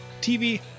TV